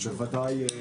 בוודאי.